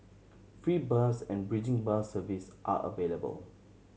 free bus and bridging bus service are available